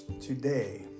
today